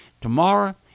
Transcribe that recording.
Tomorrow